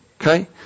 Okay